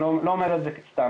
ואני לא אומר את זה כך סתם.